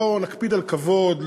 בוא נקפיד על כבוד,